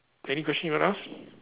any question you want to ask